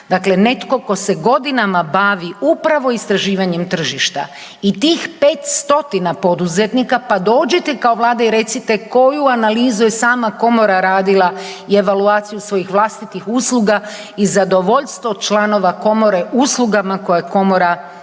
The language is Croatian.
dakle netko tko se godinama bavi upravo istraživanjem tržišta. I tih 500 poduzetnika pa dođite kao Vlada i recite koju analizu je sama komora radila i evaluaciju svojih vlastitih usluga i zadovoljstvo članova komore uslugama koje komora,